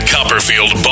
Copperfield